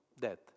death